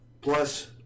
Plus